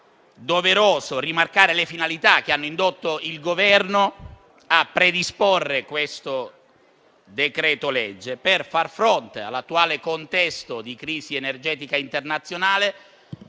doveroso rimarcare le finalità che hanno indotto il Governo a predisporre il provvedimento, per far fronte all'attuale contesto di crisi energetica internazionale,